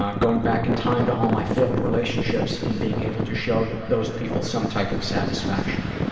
um going back in time to all my failed relationships and being able to show those people some type of satisfaction.